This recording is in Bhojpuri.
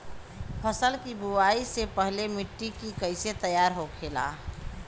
फसल की बुवाई से पहले मिट्टी की कैसे तैयार होखेला?